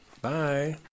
Bye